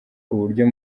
uburyo